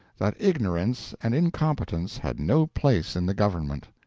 that ignorance and incompetence had no place in the government.